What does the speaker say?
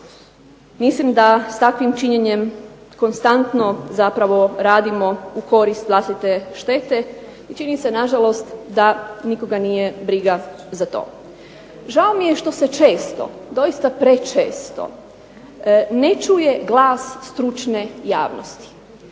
Mislim da s takvim činjenjem konstantno zapravo radimo u korist vlastite štete i čini se na žalost da nikoga nije briga za to. Žao mi je da se često, zapravo prečesto ne čuje glas stručne javnosti,